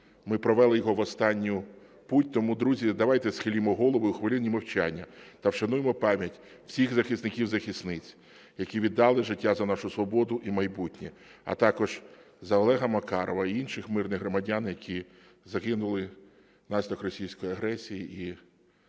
Ми провели його в останню путь. Тому, друзі, давайте схилімо голови у хвилині мовчання та вшануймо пам'ять всіх захисників і захисниць, які віддали життя за нашу свободу і майбутнє. А також за Олега Макарова і інших мирних громадян, які загинули внаслідок російської агресії